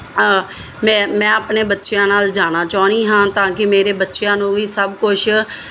ਮੈਂ ਮੈਂ ਆਪਣੇ ਬੱਚਿਆਂ ਨਾਲ ਜਾਣਾ ਚਾਹੁੰਦੀ ਹਾਂ ਤਾਂ ਕਿ ਮੇਰੇ ਬੱਚਿਆਂ ਨੂੰ ਵੀ ਸਭ ਕੁਝ